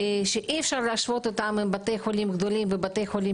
שאי-אפשר להשוות אותם עם בתי חולים גדולים ובתי חולים